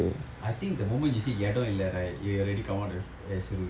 I think the moment you say இடம் இல்ல:idam illa right you already come out as as rude